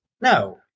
no